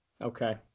Okay